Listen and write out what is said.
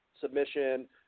submission